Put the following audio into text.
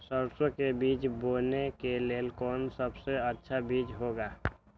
सरसो के बीज बोने के लिए कौन सबसे अच्छा बीज होगा?